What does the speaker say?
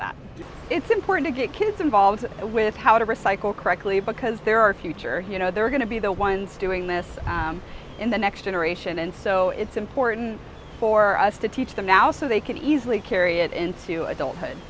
that it's important to get kids involved with how to recycle correctly because there are teacher you know they're going to be the ones doing this in the next generation and so it's important for us to teach them now so they can easily carry it into adulthood